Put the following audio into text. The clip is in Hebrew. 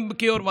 גם כיו"ר ועדה,